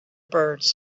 birds